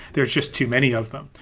there's just too many of them,